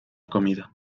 comida